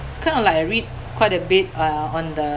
kind of like read quite a bit uh on the